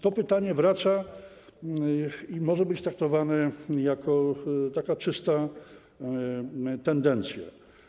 To pytanie wraca i może być traktowane jako taka czysta tendencja.